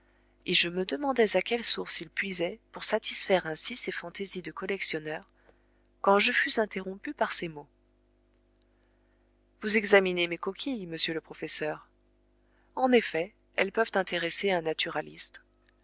et je me demandais à quelle source il puisait pour satisfaire ainsi ses fantaisies de collectionneur quand je fus interrompu par ces mots vous examinez mes coquilles monsieur le professeur en effet elles peuvent intéresser un naturaliste